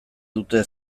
dute